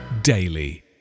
daily